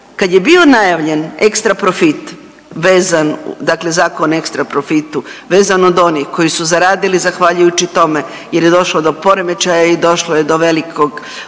kad je bio najavljen ekstra profit vezan dakle Zakon o ekstra profitu vezan od onih koji su zaradili zahvaljujući tome jer je došlo do poremećaju i došlo je do velikog,